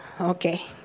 okay